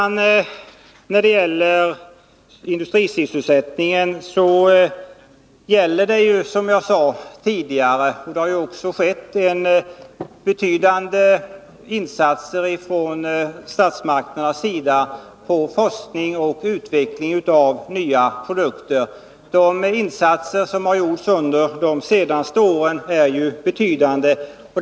När det gäller industrisysselsättningen har, som jag tidigare sagt, statsmakterna under de senaste åren ställt betydande belopp till förfogande för insatser i form av forskning och utveckling av nya produkter.